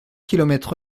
kilomètres